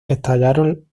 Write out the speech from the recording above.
estallaron